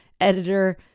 editor